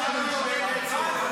נבל זה לא בוגד וצורר,